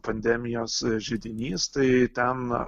pandemijos židinys tai ten